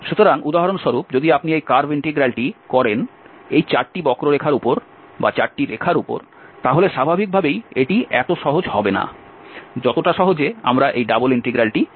সুতরাং উদাহরণস্বরূপ যদি আপনি এই কার্ভ ইন্টিগ্রালটি করেন এই 4 টি বক্ররেখার উপর 4 টি রেখার উপর তাহলে স্বাভাবিকভাবেই এটি এত সহজ হবে না যতটা সহজে আমরা এই ডাবল ইন্টিগ্রালটি গণনা করেছি